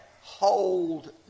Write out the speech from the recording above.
hold